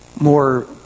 more